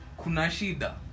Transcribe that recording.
Kunashida